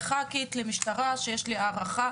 כח"כית שיש לי הערכה